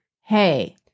hey